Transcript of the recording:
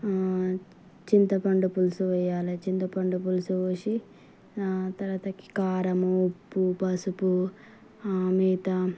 చింతపండు పులుసు వేయాలి చింతపండు పులుసు పోసి తరువాత కారము ఉప్పు పసుపు మిగతా